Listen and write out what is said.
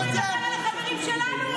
חברים שלנו?